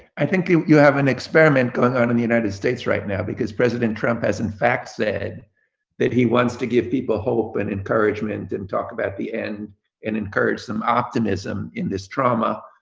i think you you have an experiment going on in the united states right now because president trump has, in fact, said he wants to give people hope and encouragement and talk about the end and encourage some optimism in this trauma.